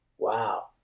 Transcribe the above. wow